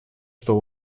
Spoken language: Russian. что